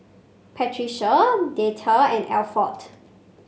Patricia Deetta and Alford